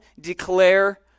declare